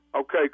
Okay